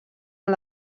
amb